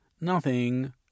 Nothing